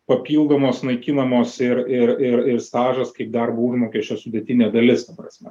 papildomos naikinamos ir ir ir ir stažas kaip darbo užmokesčio sudėtinė dalis ta prasme